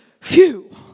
phew